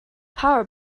power